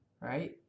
right